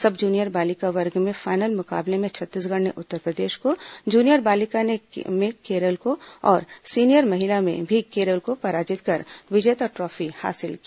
सब जूनियर बालिका वर्ग के फाइनल मुकाबले में छत्तीसगढ़ ने उत्तरप्रदेश को जूनियर बालिका में केरल को और सीनियर महिला में भी केरल को पराजित कर विजेता ट्रॉफी हासिल की